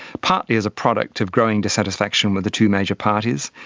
partly as a product of growing dissatisfaction with the two major parties,